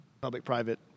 public-private